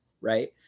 Right